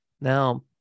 Now